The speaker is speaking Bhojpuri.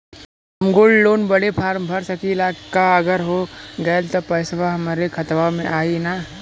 हम गोल्ड लोन बड़े फार्म भर सकी ला का अगर हो गैल त पेसवा हमरे खतवा में आई ना?